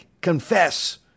confess